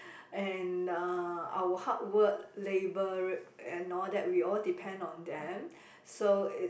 and uh our hard work labour and all that we all depend on them so it